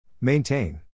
Maintain